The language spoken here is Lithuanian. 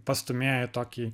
pastūmėja į tokį